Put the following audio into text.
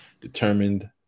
determined